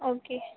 okay